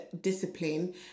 discipline